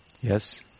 Yes